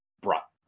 brought